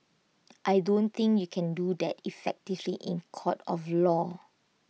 I don't think you can do that effectively in court of law